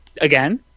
Again